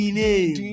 name